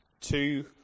two